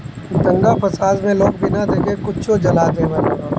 दंगा फसाद मे लोग बिना देखे कुछो जला देवेलन